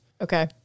Okay